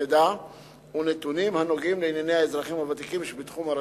מידע ונתונים הנוגעים לענייני האזרחים הוותיקים שבתחום הרשות,